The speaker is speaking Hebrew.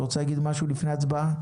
אתה רוצה להגיד משהו לפני ההצבעה?